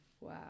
Wow